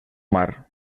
mar